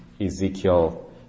Ezekiel